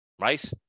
right